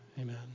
Amen